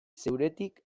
zeuretik